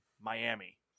Miami